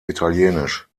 italienisch